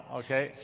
okay